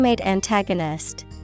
antagonist